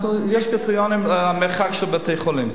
יש קריטריונים למרחק של בתי-חולים.